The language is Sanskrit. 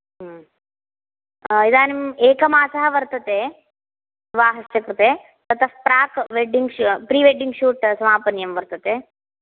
इदानिं एकमासः वर्तते विवाहस्य कृते ततः प्राक् वेडिंग् शू प्रिवेडींग् शूट् समापनीयं वर्तते